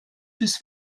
bis